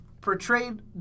portrayed